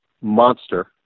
monster